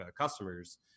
customers